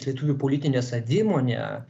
lietuvių politinę savimonę